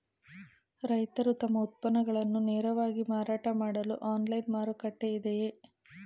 ರೈತರು ತಮ್ಮ ಉತ್ಪನ್ನಗಳನ್ನು ನೇರವಾಗಿ ಮಾರಾಟ ಮಾಡಲು ಆನ್ಲೈನ್ ಮಾರುಕಟ್ಟೆ ಇದೆಯೇ?